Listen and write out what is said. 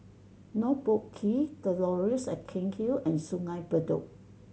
North Boat Quay The Laurels at Cairnhill and Sungei Bedok